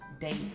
date